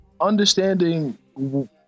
understanding